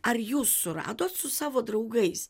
ar jūs suradot su savo draugais